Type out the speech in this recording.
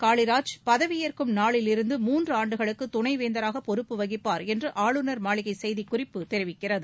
காளிராஜ் பதவியேற்கும் நாளில் இருந்து மூன்று ஆண்டுகளுக்கு துணை வேந்தராக பொறுப்பு வகிப்பார் என்று ஆளுநர் மாளிகை செய்திக் குறிப்பு தெரிவிக்கிறது